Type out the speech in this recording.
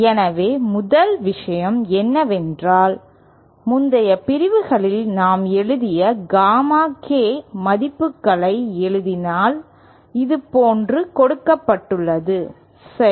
எனவே முதல் விஷயம் என்னவென்றால் முந்தைய பிரிவுகளில் நாம் எழுதிய காமா K மதிப்புகளை எழுதினால் இதுபோன்று கொடுக்கப்பட்டுள்ளது சரி